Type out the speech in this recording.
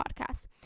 podcast